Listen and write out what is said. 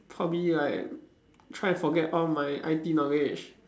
probably like try to forget all my I_T knowledge